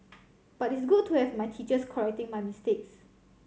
but it's good to have my teachers correcting my mistakes